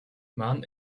მან